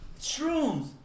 Shrooms